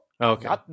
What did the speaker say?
Okay